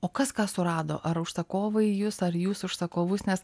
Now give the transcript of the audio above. o kas ką surado ar užsakovai jus ar jūs užsakovus nes